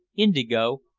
indigo,